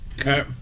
Okay